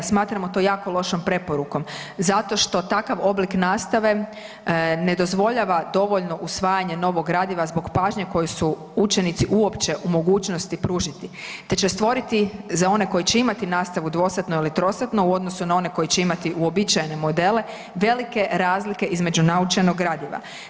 Smatramo to jako lošom preporukom zato što takav oblik nastave ne dozvoljava dovoljno usvajanje novog gradiva zbog pažnje koju su učenici uopće u mogućnosti pružiti te će stvoriti za one koji će imati nastavu dvosatno ili trosatno u odnosu na one koji će imati uobičajene modele, velike razlike između naučenog gradiva.